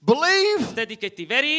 believe